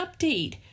update